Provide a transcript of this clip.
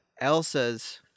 Elsa's